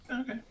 Okay